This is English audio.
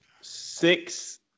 six